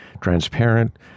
transparent